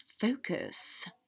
focus